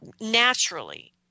naturally